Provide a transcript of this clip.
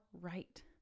right